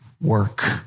work